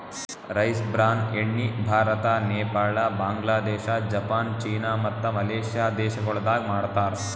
rice bran ಎಣ್ಣಿ Bharat, Nepal, Bangladesh, Japan, China ಮತ್ತ Malaysia ದೇಶಗೊಳ್ದಾಗ್ ಮಾಡ್ತಾರ್